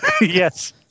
yes